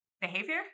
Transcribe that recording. behavior